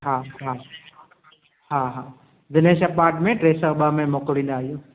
हा हा हा हा दिनेश अपार्टमेंट टे सौ ॿ में मोकिलींदा इहो